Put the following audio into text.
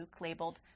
labeled